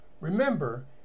Remember